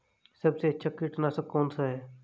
सबसे अच्छा कीटनाशक कौन सा है?